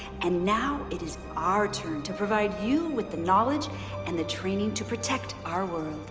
and now, it is our turn to provide you with the knowledge and the training to protect our world.